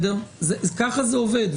ככה זה עובד.